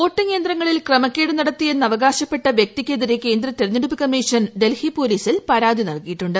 voting യന്തങ്ങളിൽ ക്രമക്കേട് നടത്തിയെന്നും അവകാശപ്പെട്ട വൃക്തിക്കെതിരെ കേന്ദ്ര തെരഞ്ഞെടുപ്പ് കമ്മീഷൻ ഡൽഹി പോലീസിൽ പരാതി നൽകിയിട്ടുണ്ട്